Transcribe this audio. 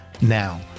Now